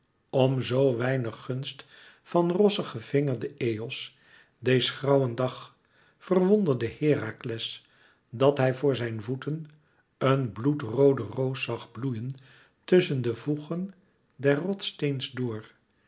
om zoo weinig gunst van rozig gevingerde eos deez grauwen dag verwonderde herakles dat hij voor zijne voeten een bloedroode roos zag bloeien tusschen de voegen des rotssteens door